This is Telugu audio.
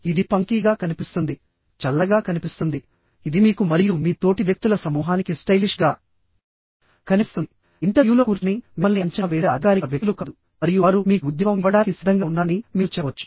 ఇది పంకీగా కనిపిస్తుంది చల్లగా కనిపిస్తుంది ఇది మీకు మరియు మీ తోటి వ్యక్తుల సమూహానికి స్టైలిష్గా కనిపిస్తుంది ఇంటర్వ్యూలో కూర్చుని మిమ్మల్ని అంచనా వేసే అధికారిక వ్యక్తులు కాదు మరియు వారు మీకు ఉద్యోగం ఇవ్వడానికి సిద్ధంగా ఉన్నారని మీరు చెప్పవచ్చు